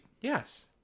Yes